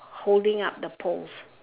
holding up the poles